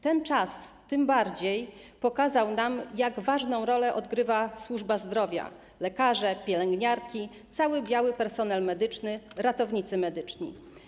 Ten czas tym bardziej pokazał nam, jak ważną rolę odgrywa służba zdrowia: lekarze, pielęgniarki, cały biały personel medyczny, ratownicy medyczni.